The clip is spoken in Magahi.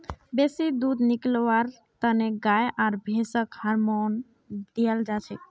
बेसी दूध निकलव्वार तने गाय आर भैंसक हार्मोन दियाल जाछेक